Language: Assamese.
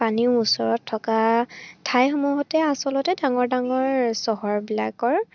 পানীৰ ওচৰত থকা ঠাইসমূহতে আচলতে ডাঙৰ ডাঙৰ চহৰবিলাকৰ